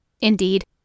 Indeed